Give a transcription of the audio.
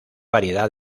variedad